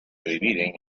dividen